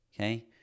Okay